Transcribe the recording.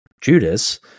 Judas